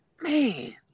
Man